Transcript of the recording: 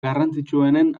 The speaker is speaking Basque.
garrantzitsuenen